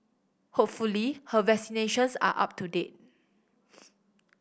hopefully her vaccinations are up to date